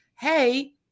hey